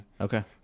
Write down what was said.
Okay